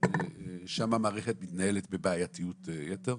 ושם המערכת מתנהלת בבעייתיות יתר,